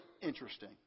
interesting